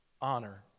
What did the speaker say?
honor